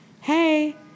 hey